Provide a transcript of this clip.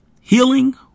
healing